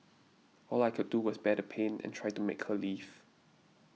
all I could do was bear the pain and try to make her leave